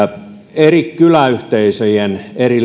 eri kyläyhteisöjen eri